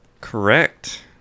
Correct